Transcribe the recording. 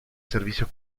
servicios